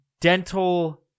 dental